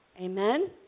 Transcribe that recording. Amen